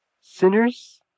sinners